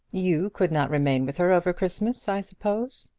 you could not remain with her over christmas, i suppose?